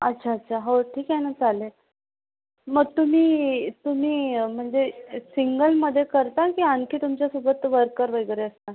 अच्छा अच्छा हो ठिक आहे ना चालेल मग तुम्ही तुम्ही म्हणजे सिंगलमधे करता की आणखी तुमच्यासोबत वर्कर वगैरे असता